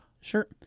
Sure